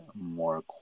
more